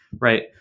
Right